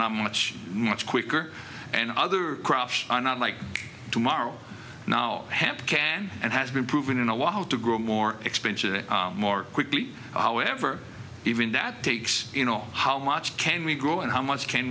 not much much quicker and other crops are not like tomorrow now hemp can and has been proven in a while to grow more expensive more quickly however even that takes you know how much can we grow and how much can